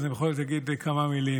אז אני בכל זאת אגיד כמה מילים.